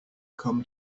come